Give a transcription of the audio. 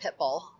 Pitbull